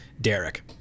Derek